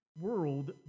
world